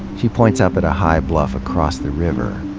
she points up at a high bluff across the river.